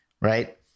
right